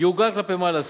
יעוגל כלפי מעלה".